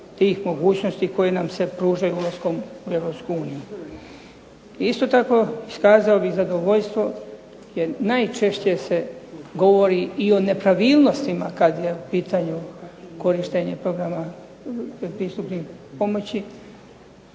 tih mogućnosti koje nam se pružaju ulaskom u EU. Isto tako iskazao bih zadovoljstvo jer najčešće se govori i o nepravilnostima kad je u pitanju korištenje programa pristupnih pomoći.